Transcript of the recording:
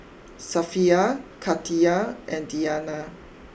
Safiya Khatijah and Diyana